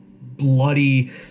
bloody